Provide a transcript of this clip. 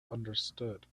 understood